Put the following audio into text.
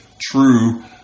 true